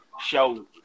show